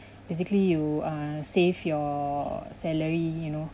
basically you err save your salary you know